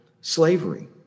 slavery